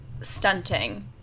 stunting